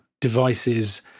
devices